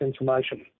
information